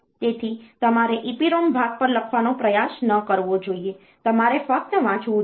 તેથી તમારે EPROM ભાગ પર લખવાનો પ્રયાસ ન કરવો જોઈએ તમારે ફક્ત વાંચવું જોઈએ